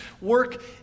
work